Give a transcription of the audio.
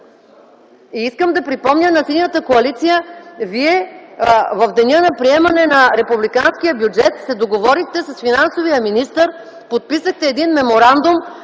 граждани. Ще припомня на Синята коалиция: вие в деня на приемане на републиканския бюджет се договорихте с финансовия министър, подписахте меморандум,